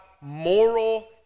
moral